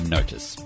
Notice